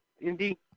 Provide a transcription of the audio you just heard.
Indy